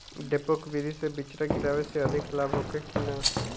डेपोक विधि से बिचड़ा गिरावे से अधिक लाभ होखे की न?